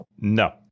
No